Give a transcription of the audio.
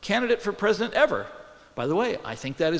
candidate for president ever by the way i think that is